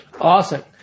Awesome